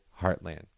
heartland